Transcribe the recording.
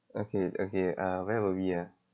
okay okay uh where were we ah